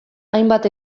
hainbat